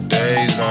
days